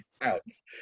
outs